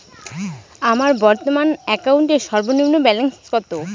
আমার বর্তমান অ্যাকাউন্টের সর্বনিম্ন ব্যালেন্স কত?